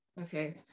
okay